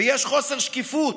ויש חוסר שקיפות,